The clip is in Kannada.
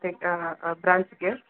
ಆ ಬ್ರಾಂಚ್ಗೆ